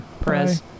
Perez